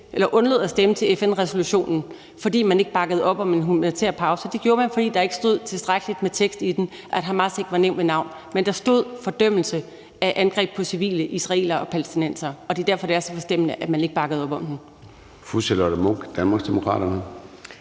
siger, undlod at stemme til FN-resolutionen, fordi man ikke bakkede op om en humanitær pause. Det gjorde man, fordi der ikke stod tilstrækkeligt med tekst i den, og fordi Hamas ikke var nævnt ved navn. Men der stod »fordømmelse af angreb på civile israelere og palæstinensere«, og det er derfor, det er så forstemmende, at man ikke bakkede op om den. Kl. 00:40 Formanden (Søren